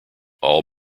all